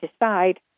decide